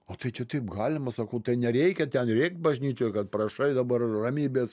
o tai čia taip galima sakau tai nereikia ten rėkt bažnyčioj kad prašai dabar ramybės